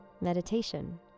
meditation